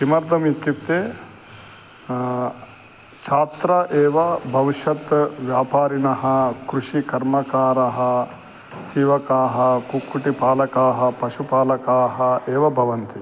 किमर्थम् इत्युक्ते छात्राः एव भविष्यति व्यापारिणः कृषिकर्मकाराः सेवकाः कुक्कुटपालकाः पशुपालकाः एव भवन्ति